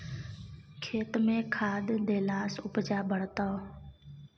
खेतमे खाद देलासँ उपजा बढ़तौ